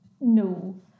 No